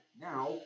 Now